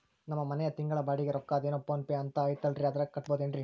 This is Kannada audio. ನಮ್ಮ ಮನೆಯ ತಿಂಗಳ ಬಾಡಿಗೆ ರೊಕ್ಕ ಅದೇನೋ ಪೋನ್ ಪೇ ಅಂತಾ ಐತಲ್ರೇ ಅದರಾಗ ಕಟ್ಟಬಹುದೇನ್ರಿ?